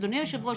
אדוני היושב ראש,